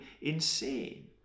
insane